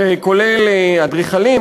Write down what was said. שכולל אדריכלים,